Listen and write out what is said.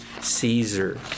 Caesar